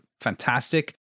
fantastic